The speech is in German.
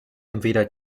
entweder